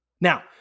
Now